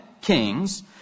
kings